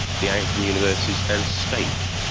the anglican universities and state.